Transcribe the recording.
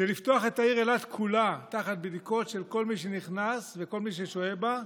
זה לפתוח את העיר אילת כולה תחת בדיקות של כל מי שנכנס וכל מי ששוהה בה,